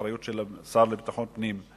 אחריות של השר לביטחון הפנים,